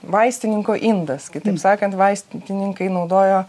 vaistininko indas kitaip sakant vaistininkai naudojo